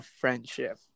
friendship